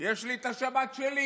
יש לי את השבת שלי,